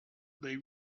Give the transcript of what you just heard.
they